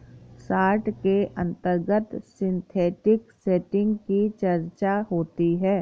short के अंतर्गत synthetic setting की चर्चा होती है